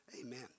Amen